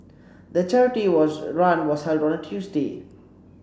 the charity was run was held on a Tuesday